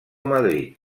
madrid